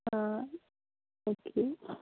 ആ ഓക്കെ